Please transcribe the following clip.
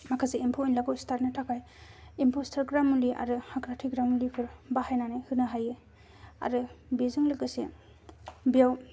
माखासे एम्फौ एनलाखौ सिथारनो थाखाय एम्फौ सिथारग्रा मुलि आरो हाग्रा थैग्रा मुलिफोर बाहायनानै होनो हायो आरो बेजों लोगोसे बेयाव